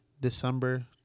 December